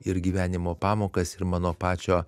ir gyvenimo pamokas ir mano pačio